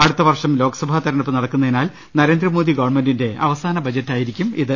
അടുത്ത വർഷം ലോക്സഭാ തെര ഞ്ഞെടുപ്പ് നടക്കുന്നതിനാൽ നരേന്ദ്രമോദി ഗവണ്മെന്റിന്റെ അവ സാന ബജറ്റായിരിക്കും ഇത്